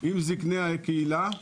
עם זקני הקהילה,